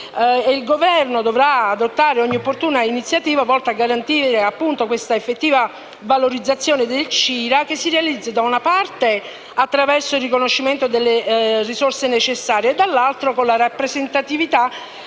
Il Governo dovrà adottare ogni opportuna iniziativa volta a garantire questa effettiva valorizzazione del CIRA, che si realizza, da una parte, attraverso il riconoscimento delle risorse necessarie e, dall'altra, con la rappresentatività.